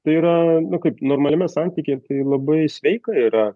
tai yra nu kaip normaliame santykyje tai labai sveika yra